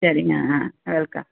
சரிங்க ஆ வெல்கம்